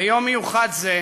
ביום מיוחד זה,